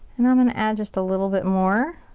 and i'm gonna add just a little bit more.